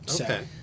okay